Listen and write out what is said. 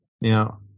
Now